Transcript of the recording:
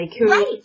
Right